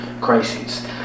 crises